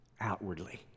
outwardly